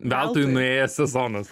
veltui nuėjęs sezonas